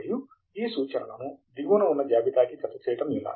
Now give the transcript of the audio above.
మరియు ఈ సూచనలను దిగువన ఉన్న జాబితాకి జత చేయటం ఎలా